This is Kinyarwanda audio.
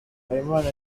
habimana